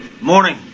Morning